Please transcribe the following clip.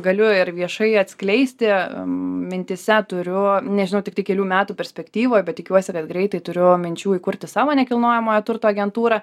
galiu ir viešai atskleisti mintyse turiu nežinau tiktai kelių metų perspektyvoj bet tikiuosi kad greitai turiu minčių įkurti savo nekilnojamojo turto agentūrą